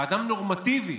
אדם נורמטיבי